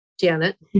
Janet